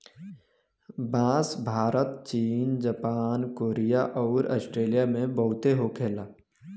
बांस भारत चीन Japan Korea अउर आस्ट्रेलिया में बहुते होखे ला